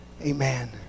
Amen